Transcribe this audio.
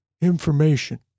information